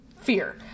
fear